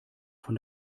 von